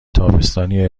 تابستانی